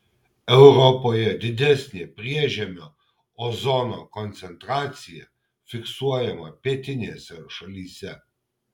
europoje didesnė priežemio ozono koncentracija fiksuojama pietinėse šalyse